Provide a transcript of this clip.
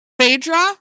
phaedra